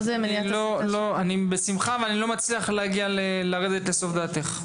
אני לא מצליח לרדת לסוף דעתך.